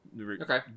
Okay